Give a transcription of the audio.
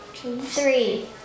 Three